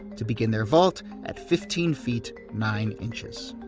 to begin their vault at fifteen feet, nine inches